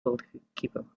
goalkeeper